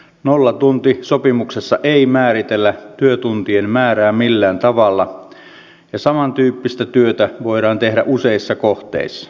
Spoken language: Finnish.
nollatuntisopimuksessa ei määritellä työtuntien määrää millään tavalla ja samantyyppistä työtä voidaan tehdä useissa kohteissa